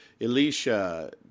Elisha